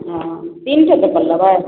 हँ तीन ठो चप्पल लेबै